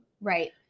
right